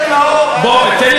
רוצה שתי מדינות.